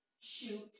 shoot